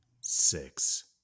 six